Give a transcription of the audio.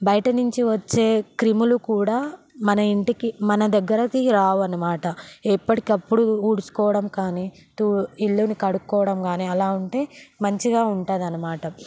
బయటనించి వచ్చే క్రిములు కూడా మన ఇంటికి మన దగ్గరకి రావనమాట ఎప్పడికప్పుడు ఊడ్చుకోవడం కాని తూ ఇళ్ళుని కడుక్కోవడం కాని అలా ఉంటే మంచిగా ఉంటుందనమాట